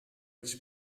its